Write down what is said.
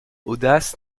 audace